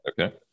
Okay